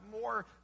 more